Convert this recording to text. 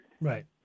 Right